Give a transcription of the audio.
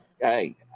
Hey